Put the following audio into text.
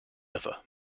other